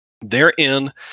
Therein